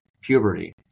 puberty